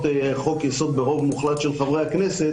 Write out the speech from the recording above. חוק יסוד ברוב מוחלט של חברי הכנסת,